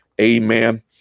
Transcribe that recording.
Amen